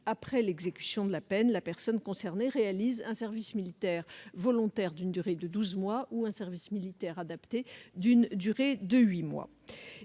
après l'exécution de la peine, la personne concernée réalise un service militaire volontaire d'une durée de douze mois ou un service militaire adapté d'une durée de huit mois.